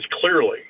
clearly